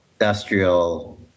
industrial